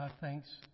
thanks